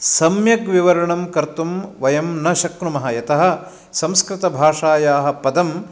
साम्यग्विवरणं कर्तुं वयं न शक्नुमः यतः संस्कृतभाषायाः पदं